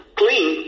clean